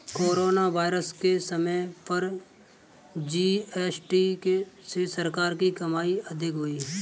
corona virus के समय पर जी.एस.टी से सरकार की कमाई अधिक हुई